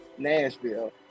nashville